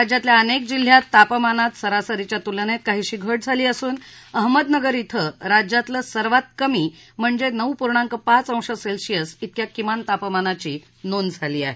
राज्यातल्या अनेक जिल्ह्यात तापमानात सरासरीच्या तूलनेत काहीशी घक्ष झाली असून अहमदनगर क्षे राज्यातलं सर्वात कमी म्हणजे नऊ पूर्णांक पाच अंश सेल्सिअस तिक्या किमान तापमानाची नोंद झाली आहे